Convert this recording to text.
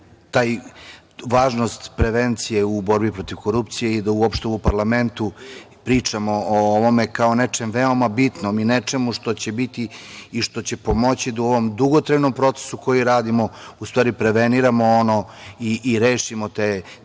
prepoznali važnost prevencije u borbi protiv korupcije i da uopšte u parlamentu pričamo o ovome kao nečem veoma bitnom i nečemu što će biti i što će pomoći da u ovom dugotrajnom procesu koji radimo u stvari preveniramo i rešimo tim